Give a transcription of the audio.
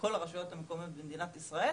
לכל הרשויות המקומיות במדינת ישראל,